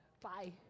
Bye